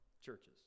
churches